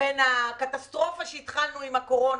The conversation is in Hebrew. בין הקטסטרופה שהתחלנו בה עם הקורונה,